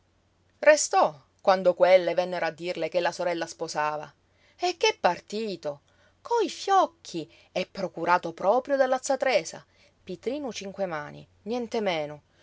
restò quando quelle vennero a dirle che la sorella sposava e che partito coi fiocchi e procurato proprio dalla z tresa pitrinu cinquemani nientemeno